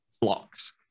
blocks